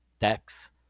decks